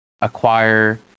acquire